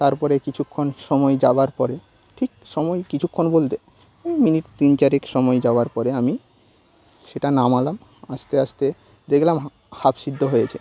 তারপরে কিছুক্ষণ সময় যাবার পরে ঠিক সময় কিছুক্ষণ বলতে ওই মিনিট তিন চারেক সময় যাওয়ার পরে আমি সেটা নামালাম আস্তে আস্তে দেখলাম হাফ সিদ্ধ হয়েছে